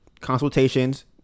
consultations